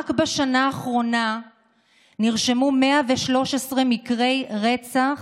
רק בשנה האחרונה נרשמו 113 מקרי רצח,